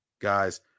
Guys